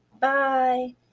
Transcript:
Bye